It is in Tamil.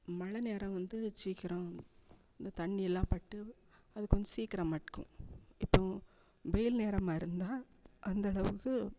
மழை நேரம் வந்து சீக்கிரம் இந்த தண்ணியெலாம் பட்டு அது கொஞ்சம் சீக்கிரம் மக்கும் இப்போது வெயில் நேரமாக இருந்தால் அந்தளவுக்கு